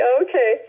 okay